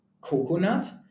coconut